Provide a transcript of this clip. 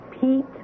Pete